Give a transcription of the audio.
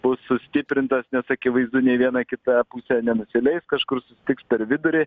bus sustiprintas nes akivaizdu nei viena kita pusė nenusileis kažkur susitiks per vidurį